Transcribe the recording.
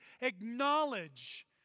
acknowledge